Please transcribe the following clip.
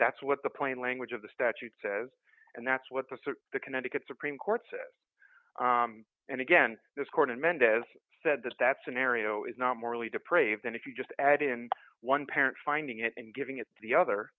that's what the plain language of the statute says and that's what this or the connecticut supreme court said and again this court and mendez said that that scenario is not morally depraved and if you just add in one parent finding it and giving it to the other